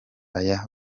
aya